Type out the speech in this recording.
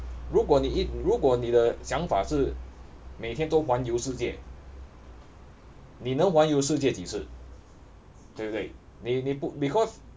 如果你如果你的想法是每天都环游世界你能环游世界几次对不对你你 ni de xiang fa shi mei tian dou huan you shi jie ni neng huan you shi jie ji ci dui bu dui ni ni because